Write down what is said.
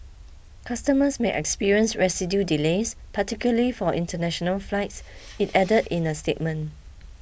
customers may experience residual delays particularly for international flights it added in a statement